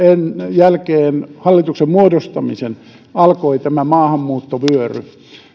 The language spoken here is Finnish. jälkeen hallituksen muodostamisen alkoi tämä maahanmuuttovyöry